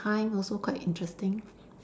time also quite interesting